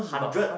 hundred